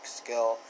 skill